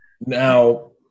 Now